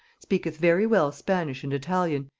speaketh very well spanish and italian,